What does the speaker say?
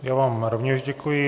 Já vám rovněž děkuji.